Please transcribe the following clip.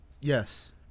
Yes